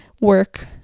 work